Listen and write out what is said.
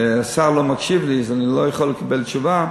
השר לא מקשיב לי אז אני לא יכול לקבל תשובה.